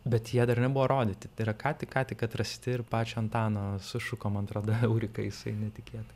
bet jie dar nebuvo rodyti tai yra ką tik ką tik atrasti ir pačio antano sušuko man atrodo eureka jisai netikėtikai